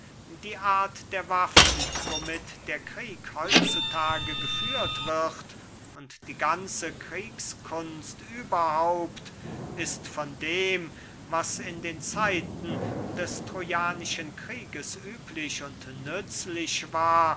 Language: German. die art der waffen womit der krieg heut zu tage geführt wird und die ganze kriegskunst überhaupt ist von dem was in den zeiten des trojanischen krieges üblich und nützlich war